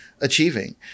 achieving